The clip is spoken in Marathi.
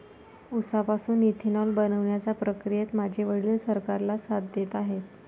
उसापासून इथेनॉल बनवण्याच्या प्रक्रियेत माझे वडील सरकारला साथ देत आहेत